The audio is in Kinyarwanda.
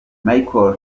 michael